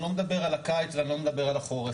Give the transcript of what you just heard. אני לא מדבר על הקיץ ואני לא מדבר על החורף,